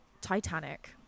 titanic